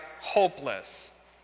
hopeless